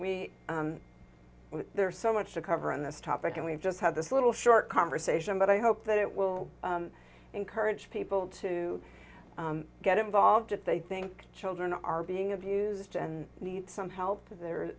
we there are so much to cover on this topic and we've just had this little short conversation but i hope that it will encourage people to get involved if they think children are being abused and need some help because there